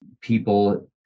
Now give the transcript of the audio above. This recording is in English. people